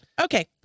Okay